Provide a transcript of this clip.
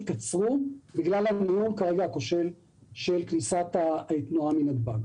כמה שנות אדם התקצרו בגלל הניהול הכושל של כניסת התנועה מנתב"ג?